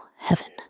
heaven